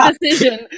decision